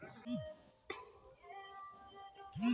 fibre वाला फल में सबसे बढ़िया सेव होला